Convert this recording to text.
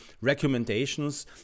recommendations